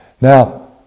Now